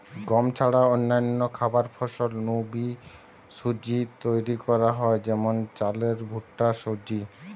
গম ছাড়া অন্যান্য খাবার ফসল নু বি সুজি তৈরি করা হয় যেমন চালের ভুট্টার সুজি